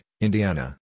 Indiana